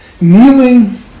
kneeling